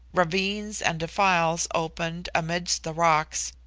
ravines and defiles opened amidst the rocks,